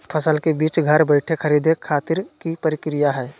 फसल के बीज घर बैठे खरीदे खातिर की प्रक्रिया हय?